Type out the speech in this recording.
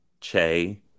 Che